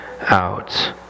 out